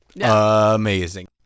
amazing